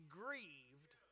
grieved